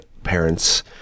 Parents